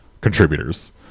contributors